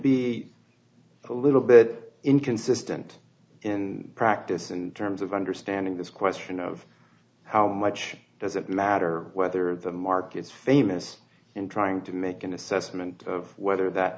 be a little bit inconsistent in practice and terms of understanding this question of how much does it matter whether the markets famous and trying to make an assessment of whether